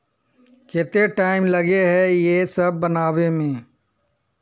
केते टाइम लगे है ये सब बनावे में?